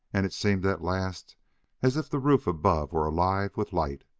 and it seemed at last as if the roof above were alive with light.